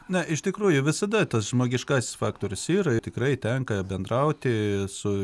na iš tikrųjų visada tas žmogiškasis faktorius yra ir tikrai tenka bendrauti su